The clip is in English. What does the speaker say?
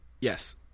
Yes